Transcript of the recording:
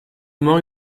moment